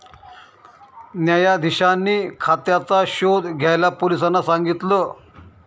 न्यायाधीशांनी खात्याचा शोध घ्यायला पोलिसांना सांगितल